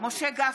משה גפני,